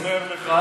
אני אומר לך,